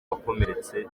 wakomeretse